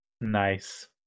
Nice